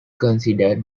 consider